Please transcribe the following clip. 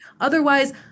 Otherwise